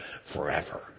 forever